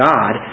God